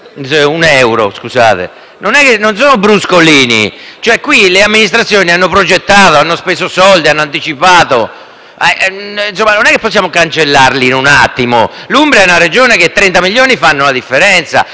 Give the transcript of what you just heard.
un euro, non sono bruscolini. Le amministrazioni hanno progettato, hanno speso soldi, hanno anticipato. Non possiamo cancellarli in un attimo. L'Umbria è una Regione dove 30 milioni fanno la differenza.